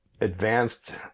advanced